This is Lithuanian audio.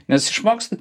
nes išmoksti